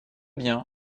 bien